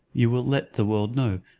you will let the world know,